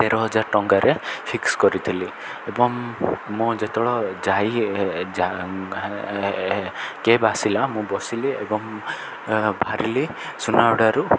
ତେର ହଜାର ଟଙ୍କାରେ ଫିକ୍ସ କରିଥିଲି ଏବଂ ମୁଁ ଯେତେବେଳେ ଯାଇ କ୍ୟାବ୍ ଆସିଲା ମୁଁ ବସିଲି ଏବଂ ବାହାରିଲି ସୁନାବେଡ଼ାରୁ